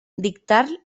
dictar